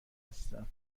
هستم